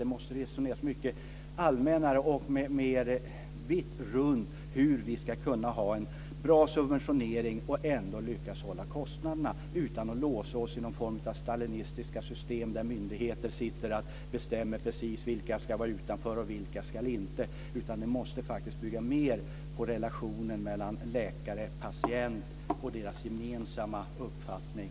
Det måste resoneras mycket allmännare och mer vitt runt hur vi ska kunna ha en bra subventionering och ändå hålla nere kostnaderna utan att låsa oss i något slags stalinistisk system där myndigheter sitter och bestämmer precis vilka som ska vara utanför och vilka som inte ska vara det. Det måste faktiskt bygga mer på relationen mellan läkare och patient och deras gemensamma uppfattning.